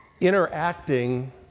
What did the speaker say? interacting